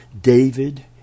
David